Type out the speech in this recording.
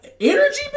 energy